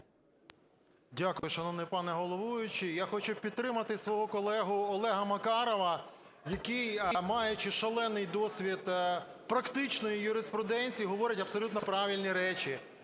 Дякую, шановний пане головуючий. Я хочу підтримати свого колегу Олега Макарова, який, маючи шалений досвід практичної юриспруденції, говорить абсолютно правильні речі.